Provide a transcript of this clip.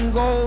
go